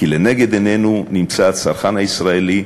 כי לנגד עינינו נמצא הצרכן הישראלי.